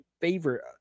favorite